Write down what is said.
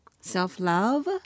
self-love